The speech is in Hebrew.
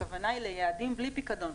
הכוונה היא ליעדים בלי פיקדון,